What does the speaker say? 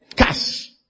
Cash